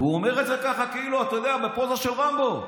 והוא אומר את זה ככה, בפוזה של רמבו.